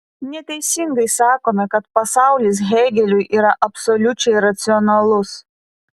neteisingai sakome kad pasaulis hėgeliui yra absoliučiai racionalus